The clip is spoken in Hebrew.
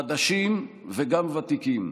חדשים וגם ותיקים,